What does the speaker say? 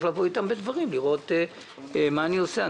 לבוא אתם בדברים ולראות מה אני עושה.